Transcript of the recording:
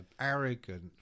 arrogant